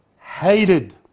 Hated